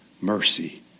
mercy